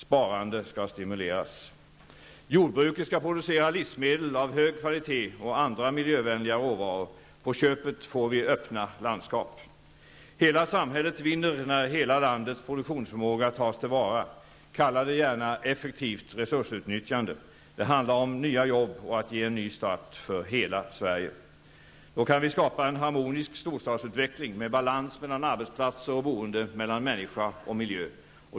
Sparande skall stimuleras. Jordbruket skall producera livsmedel av hög kvalitet och andra miljövänliga råvaror -- på köpet får vi öppna landskap. Hela samhället vinner när hela landets produktionsförmåga tas till vara. Kalla det gärna effektivt resursutnyttjande. Det handlar om nya jobb och att ge en ny start för hela Sverige. Då kan vi skapa en harmonisk storstadsutveckling -- med balans mellan arbetsplatser och boende, mellan människa och miljö.